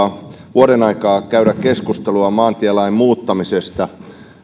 vuodenaikaa käydä keskustelua maantielain muuttamisesta